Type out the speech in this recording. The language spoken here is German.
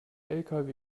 lkw